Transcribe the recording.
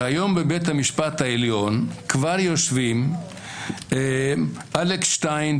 שהיום בבית המשפט העליון כבר יושבים אלכס שטיין,